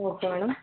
okay madam